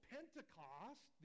Pentecost